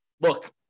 look